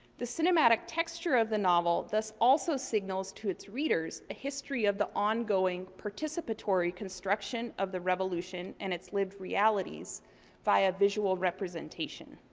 the cinematic texture of the novel thus also signals to its readers a history of the ongoing participatory construction of the revolution and its lived realities via visual representation.